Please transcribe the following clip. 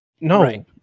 no